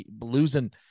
Losing